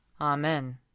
Amen